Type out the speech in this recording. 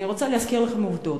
אני רוצה להזכיר לכם עובדות.